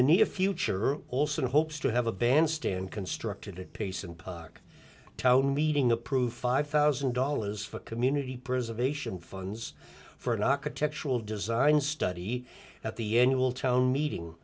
the near future also hopes to have a bandstand constructed it pace and park town meeting approved five thousand dollars for a community preserve ation funds for an architectural design study at the annual town meeting